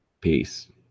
Peace